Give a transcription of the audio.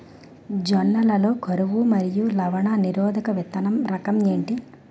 జొన్న లలో కరువు మరియు లవణ నిరోధక విత్తన రకం ఏంటి?